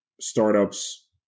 startups